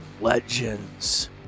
legends